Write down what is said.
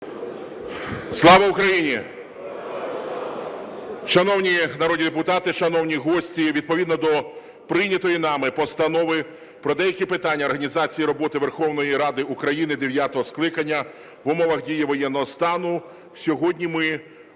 Слава Україні! Шановні народні депутати, шановні гості, відповідно до прийнятої нами Постанови "Про деякі питання організації роботи Верховної Ради України дев'ятого скликання в умовах дії воєнного стану" сьогодні ми